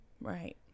Right